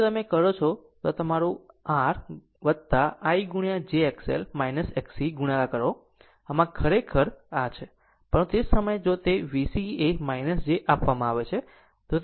આમ જો તમે કરો છો આમ જો તમે આR I into j XL Xc ગુણાકાર કરો આમ આ ખરેખર આ છે પરંતુ તે જ સમયે જો તે VC એ j આપવામાં આવે છે